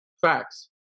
Facts